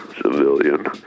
civilian